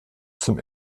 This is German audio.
zum